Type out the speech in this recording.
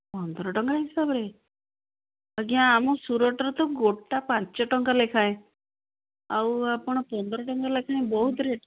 ପନ୍ଦର ଟଙ୍କା ହିସାବରେ ଆଜ୍ଞା ଆମ ସୁରଟରେ ତ ଗୋଟା ପାଞ୍ଚ ଟଙ୍କା ଲେଖାଏଁ ଆଉ ଆପଣ ପନ୍ଦର ଟଙ୍କା ଲେଖାଏଁ ବହୁତ ରେଟ୍